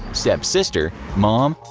step sister, mom,